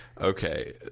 okay